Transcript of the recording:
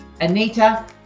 Anita